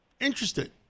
Interested